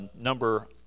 Number